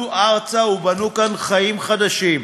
עלו ארצה ובנו כאן חיים חדשים.